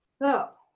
so.